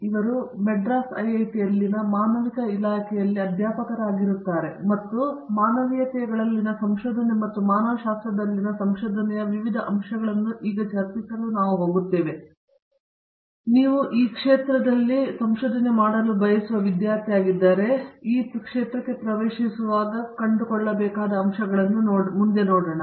ಇವರು ಮದ್ರಾಸ್ ಐಐಟಿಯಲ್ಲಿನ ಮಾನವಿಕ ಇಲಾಖೆಯಲ್ಲಿ ಅಧ್ಯಾಪಕರಾಗಿರುತ್ತಾರೆ ಮತ್ತು ನಾವು ಮಾನವೀಯತೆಗಳಲ್ಲಿನ ಸಂಶೋಧನೆ ಮತ್ತು ಮಾನವಶಾಸ್ತ್ರದಲ್ಲಿನ ಸಂಶೋಧನೆಯ ವಿವಿಧ ಅಂಶಗಳನ್ನು ಚರ್ಚಿಸಲು ಹೋಗುತ್ತೇವೆ ಆದ್ದರಿಂದ ನೀವು ಈ ಕ್ಷೇತ್ರದಲ್ಲಿ ವಿದ್ಯಾರ್ಥಿ ಬಯಸಿದರೆ ನೀವು ಈ ಕ್ಷೇತ್ರಕ್ಕೆ ಪ್ರವೇಶಿಸಿದಾಗ ಮುಂದೆ ನೋಡೋಣ